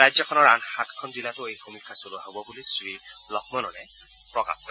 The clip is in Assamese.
ৰাজ্যখনৰ আন সাতখন জিলাতো এই সমীক্ষা চলোৱা হ'ব বুলি শ্ৰীলম্মণনে প্ৰকাশ কৰে